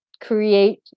create